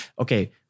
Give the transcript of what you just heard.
okay